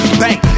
bank